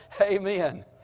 Amen